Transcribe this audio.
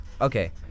Okay